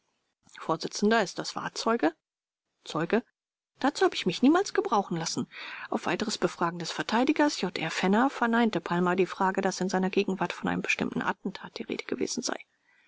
vors ist das wahr zeuge zeuge dazu habe ich mich niemals gebrauchen lassen auf weiteres befragen des verteidigers j r fenner verneinte palm die frage daß in seiner gegenwart von einem bestimmten attentat die rede gewesen sei